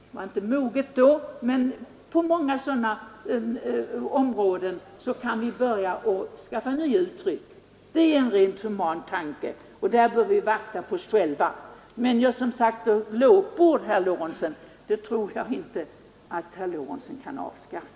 Det var inte moget då, men på många sådana områden kan vi börja att skaffa nya uttryck. Det är en human tanke och där bör vi vakta på oss själva. Men glåpord tror jag inte att herr Lorentzon kan avskaffa.